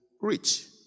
rich